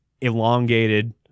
elongated